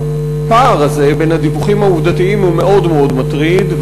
הפער הזה בין הדיווחים העובדתיים הוא מאוד מאוד מטריד,